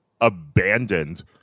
abandoned